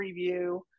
preview